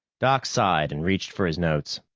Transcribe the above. doc sighed and reached for his notes.